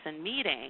meeting